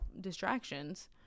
distractions